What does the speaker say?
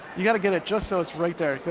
you gotta get it just so it's right there,